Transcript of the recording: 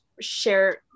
share